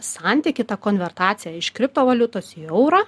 santykį tą konvertaciją iš kriptovaliutos į eurą